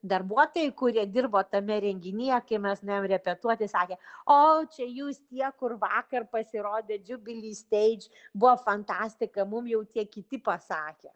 darbuotojai kurie dirbo tame renginyje kai mes nuėjom repetuoti sakė o čia jūs tie kur vakar pasirodė džiubily steidž buvo fantastika mum jau tie kiti pasakė